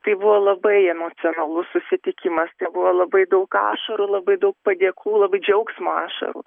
tai buvo labai emocionalus susitikimas tai buvo labai daug ašarų labai daug padėkų labai džiaugsmo ašarų